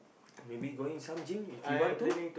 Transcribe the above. maybe some gym if you want to